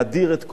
להאדיר את כוחה.